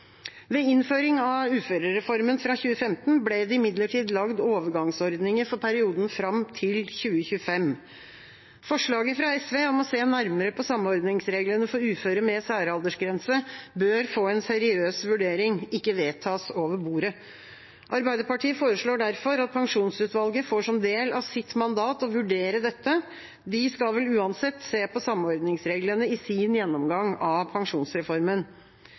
Ved innføring av uførereformen fra 2015 ble det imidlertid lagd overgangsordninger for perioden fram til 2025. Forslaget fra SV om å se nærmere på samordningsreglene for uføre med særaldersgrense bør få en seriøs vurdering, ikke vedtas over bordet. Arbeiderpartiet foreslår derfor at pensjonsutvalget får som del av sitt mandat å vurdere dette, de skal vel uansett se på samordningsreglene i sin gjennomgang av pensjonsreformen.